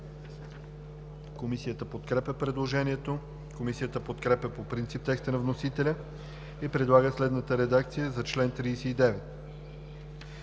Комисията подкрепя предложението. Комисията подкрепя по принцип текста на вносителя и предлага следната редакция за чл. 39: